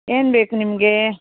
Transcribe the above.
ಏನು ಬೇಕು ನಿಮಗೆ